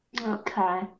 Okay